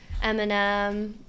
Eminem